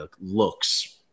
looks